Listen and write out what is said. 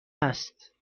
است